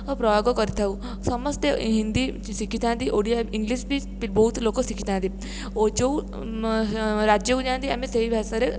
ପ୍ରୟୋଗ କରିଥାଉ ସମସ୍ତେ ହିନ୍ଦୀ ଶିଖିଥାନ୍ତି ଓଡ଼ିଆ ଇଂଲିଶ ବି ବହୁତ ଲୋକ ଶିଖିଥାନ୍ତି ଯେଉଁ ରାଜ୍ୟକୁ ଯାଆନ୍ତି ଆମେ ସେହି ଭାଷାରେ